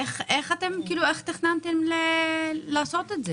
איך תכננתם לעשות את זה?